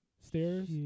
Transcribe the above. Stairs